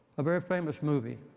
a very famous movie.